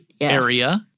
area